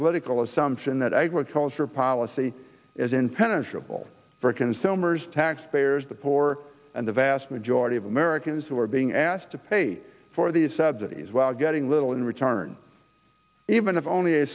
political assumption that agriculture policy is impenetrable for consumers taxpayers the poor and the vast majority of americans who are being asked to pay for these subsidies while getting little in return even if only a